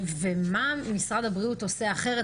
ומה משרד הבריאות עושה אחרת,